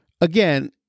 again